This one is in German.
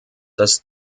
das